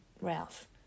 Ralph